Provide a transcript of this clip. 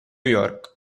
york